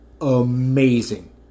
amazing